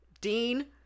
Dean